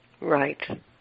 Right